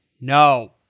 No